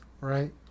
right